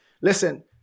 Listen